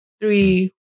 Three